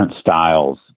styles